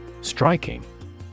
Striking